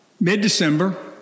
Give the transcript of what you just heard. mid-December